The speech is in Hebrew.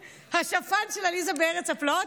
השפן של אליסה בארץ הפלאות,